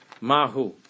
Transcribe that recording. Mahu